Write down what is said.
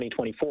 2024